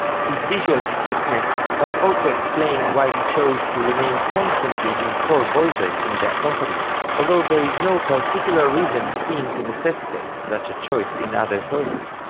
his visual strictness might also explain why he chose to remain constantly in four voices in the accompaniment, although there is no particular reason seen to necessitate such a choice in other sources,